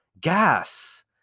gas